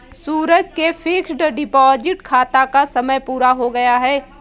सूरज के fixed deposit खाता का समय पूरा हो गया है